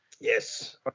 Yes